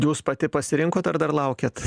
jūs pati pasirinkot ar dar laukiat